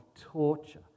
torture